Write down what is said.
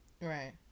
Right